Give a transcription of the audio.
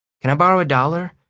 can i borrow a dollar?